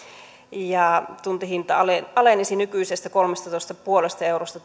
ja tuntihinta alenisi alenisi nykyisestä kolmestatoista pilkku viidestäkymmenestä eurosta